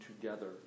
together